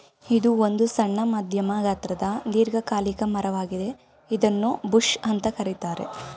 ಇದು ಒಂದು ಸಣ್ಣ ಮಧ್ಯಮ ಗಾತ್ರದ ದೀರ್ಘಕಾಲಿಕ ಮರ ವಾಗಿದೆ ಇದನ್ನೂ ಬುಷ್ ಅಂತ ಕರೀತಾರೆ